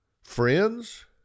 Friends